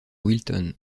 wilton